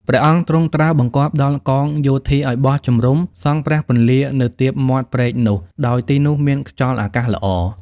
ព្រះអង្គទ្រង់ត្រាស់បង្គាប់ដល់កងយោធាឲ្យបោះជំរំុ សង់ព្រះពន្លានៅទៀបមាត់ព្រែកនោះ ដោយទីនោះមានខ្យល់អាកាសល្អ ។